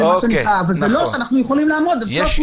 אבל זה לא שאנחנו יכולים לעמוד על 300,